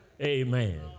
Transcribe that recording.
amen